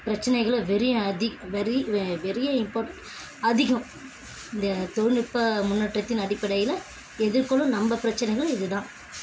பிரச்சினைகளும் வெரி அதிக very very important அதிகம் இந்த தொழில்நுட்பம் முன்னேற்றத்தின் அடிப்படையில் எதிர்கொள்ளும் நம்ம பிரச்சினைகளும் இது தான்